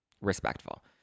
respectful